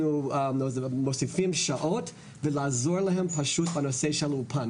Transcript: אנחנו מוסיפים שעות' ולעזור להם פשוט בנושא של אולפן.